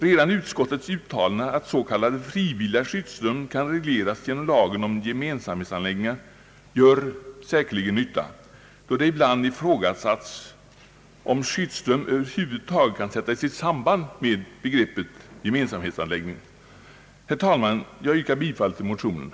Redan utskottets uttalande att anordnande av s.k. frivilliga skyddsrum kan regleras genom lagen om gemensamhetsanläggningar gör säkerligen en nytta, då det ibland ifrågasatts om skyddsrum över huvud taget kan sättas i samband med begreppet gemensamhetsanläggning. Herr talman! Jag yrkar bifall till motionerna.